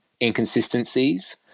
inconsistencies